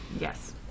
Yes